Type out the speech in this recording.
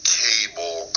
cable